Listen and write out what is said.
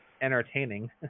entertaining